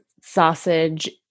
sausage